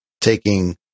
taking